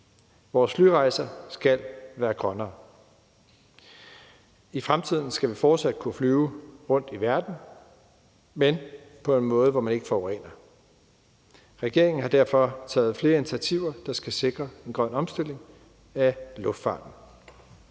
Vores flyrejser skal være grønnere. I fremtiden skal vi fortsat kunne flyve rundt i verden, men på en måde, så man ikke forurener. Regeringen har derfor taget flere initiativer, der skal sikre en grøn omstilling af luftfarten.